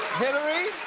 hillary?